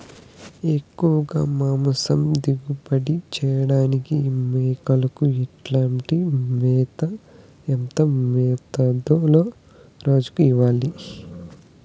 ఎక్కువగా మాంసం దిగుబడి చేయటానికి మేకలకు ఎట్లాంటి మేత, ఎంత మోతాదులో రోజు ఇవ్వాలి?